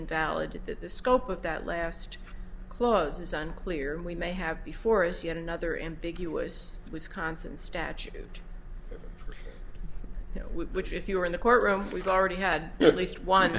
invalid that the scope of that last clause is unclear and we may have before us yet another ambiguous wisconsin statute which if you were in the courtroom we've already had at least one